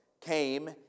came